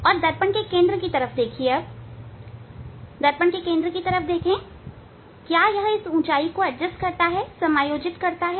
और दर्पण के केंद्र की तरफ देखिए दर्पण के केंद्र की तरफ देखें कि क्या यह इस ऊंचाई को समायोजित करता है